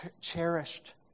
cherished